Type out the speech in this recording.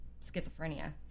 schizophrenia